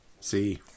see